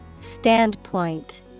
Standpoint